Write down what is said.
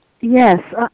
Yes